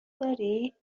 داری